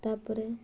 ତା'ପରେ